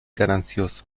ganancioso